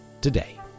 today